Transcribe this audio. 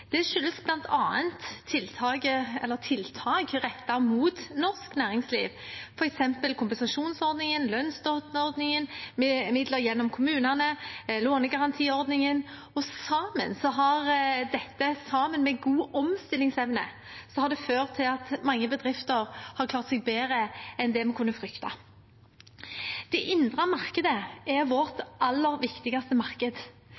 Det skyldes bl.a. tiltak rettet mot norsk næringsliv, f.eks. kompensasjonsordningen, lønnsstøtteordningen, midler gjennom kommunene og lånegarantiordningen. Sammen har dette, sammen med god omstillingsevne, ført til at mange bedrifter har klart seg bedre enn vi kunne fryktet. Det indre markedet er vårt aller viktigste marked.